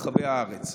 מת"מ, ברחבי הארץ.